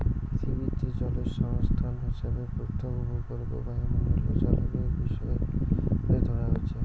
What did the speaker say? পিথীবিত জলের সংস্থান হিসাবে ভূত্বক, ভূগর্ভ, বায়ুমণ্ডল ও জলবায়ুর বিষয় রে ধরা হইচে